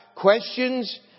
Questions